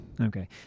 Okay